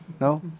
No